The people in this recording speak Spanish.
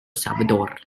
salvador